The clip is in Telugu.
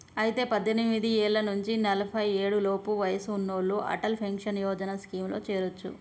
అయితే పద్దెనిమిది ఏళ్ల నుంచి నలఫై ఏడు లోపు వయసు ఉన్నోళ్లు అటల్ పెన్షన్ యోజన స్కీమ్ లో చేరొచ్చు